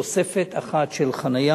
כמו כן, תוספת אחת של חנייה